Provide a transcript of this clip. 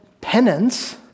penance